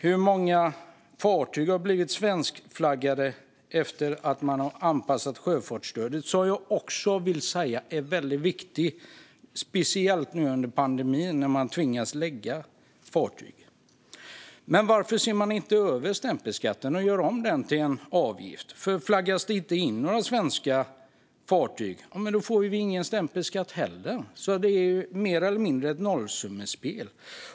Hur många fartyg har blivit svenskflaggade efter att man har anpassat sjöfartsstödet? Jag vill säga att detta stöd är väldigt viktigt, speciellt nu under pandemin när man tvingas lägga upp fartyg. Varför ser man inte över stämpelskatten och gör om den till en avgift? Om det inte flaggas in några svenska fartyg får vi ju ingen stämpelskatt. Det är alltså mer eller mindre ett nollsummespel.